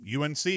UNC